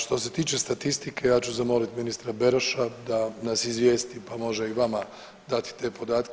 Što se tiče statistike ja ću zamoliti ministra Beroša da nas izvijesti, pa može i vama dati te podatke.